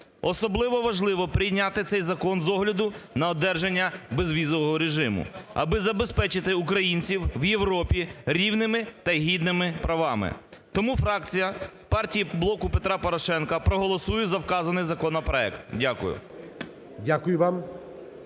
Особливо важливо прийняти цей закон з огляду на одержання безвізового режиму, аби забезпечити українців в Європі рівними та гідними правами. Тому фракція партії "Блоку Петра Порошенка" проголосує за вказаний законопроект. Дякую.